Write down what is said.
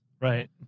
Right